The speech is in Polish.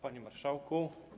Panie Marszałku!